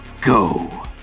go